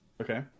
Okay